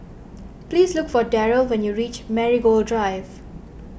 please look for Deryl when you reach Marigold Drive